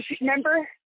remember